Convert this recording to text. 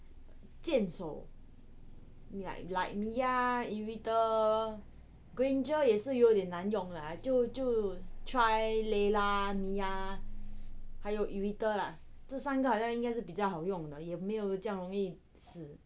箭手 like mia like irithel granger 也是有点难用啦就就 try layla mia 还有 irithel lah 这三个好像应该是比较好用有没有较容易死